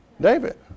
David